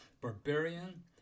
barbarian